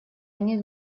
они